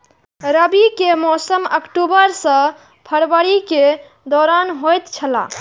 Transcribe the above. रबी के मौसम अक्टूबर से फरवरी के दौरान होतय छला